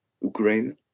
Ukraine